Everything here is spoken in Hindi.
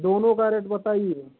दोनों का रेट बताइए